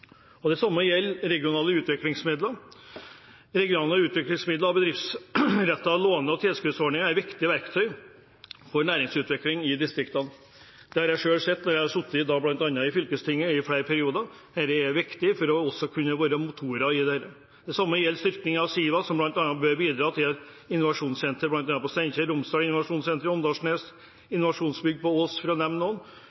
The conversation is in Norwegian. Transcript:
samme gjelder regionale utviklingsmidler. Regionale utviklingsmidler og bedriftsrettede låne- og tilskuddsordninger er viktige verktøy for næringsutvikling i distriktene – jeg har selv sittet i fylkestinget i flere perioder. Dette er viktig for også å kunne være motor når det gjelder dette. Det samme gjelder styrking av Siva, som bidrar til innovasjonssenter, bl.a. på Steinkjer, og i Romsdal